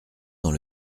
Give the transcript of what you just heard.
dans